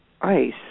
ice